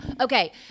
Okay